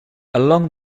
along